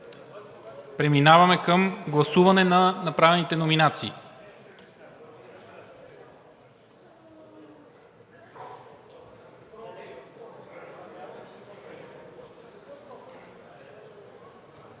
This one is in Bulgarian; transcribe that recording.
Преминаваме към гласуване на направените номинации.